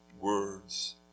words